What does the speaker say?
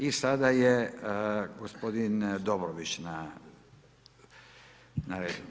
I sada je gospodin Dobrović na redu.